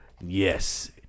yes